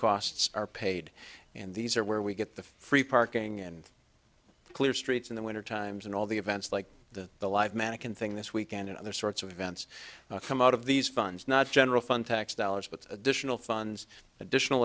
costs are paid and these are where we get the free parking and clear streets in the winter times and all the events like the the live manikin thing this weekend and other sorts of events come out of these funds not general fund tax dollars with additional funds additional